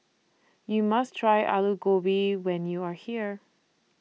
YOU must Try Alu Gobi when YOU Are here